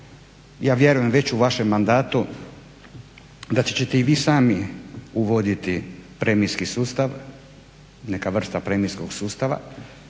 ja vjerujem već u vašem mandatu da ćete i vi sami uvoditi premijskog sustav, neka vrsta premijskog sustava